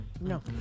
No